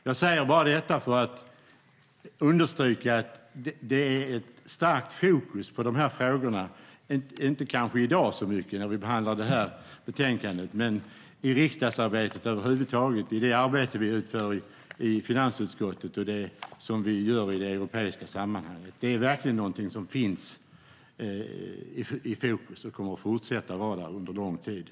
Jag säger bara detta för att understryka att det är ett starkt fokus på de här frågorna, kanske inte så mycket i dag när vi behandlar det här betänkandet men i riksdagsarbetet över huvud taget, i det arbete vi utför i finansutskottet och det som vi gör i det europeiska sammanhanget. Det är verkligen någonting som finns i fokus och som kommer att fortsätta att vara där under lång tid.